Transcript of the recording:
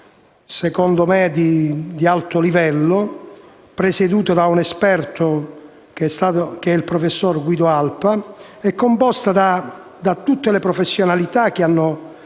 secondo me di alto livello, presieduta da un esperto come il professor Guido Alpa e composta da tutte le professionalità che hanno